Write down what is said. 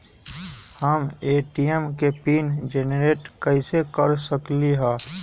हम ए.टी.एम के PIN generate कईसे कर सकली ह?